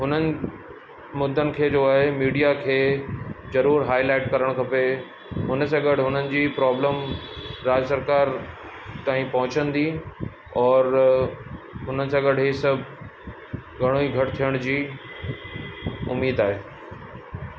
हुननि मुद्दनि खे जो आहे मीडिया खे ज़रूरु हाइलाइट करणु खपे हुन सां गॾु हुननि जी प्रॉब्लम राज्य सरकारि ताईं पहुचंदी और हुननि सां गॾु इहे सभु घणेई घटि थिअण जी उमीद आहे